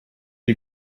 you